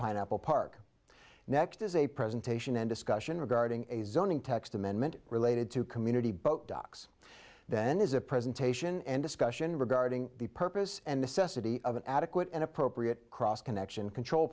pineapple park next as a presentation and discussion regarding a zoning text amendment related to community boat docks then is a presentation and discussion regarding the purpose and necessity of an adequate and appropriate cross connection control